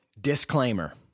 disclaimer